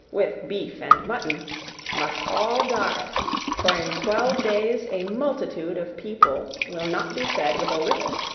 with beef and mutton must all die for in twelve days a multitude of people will not be fed with a little.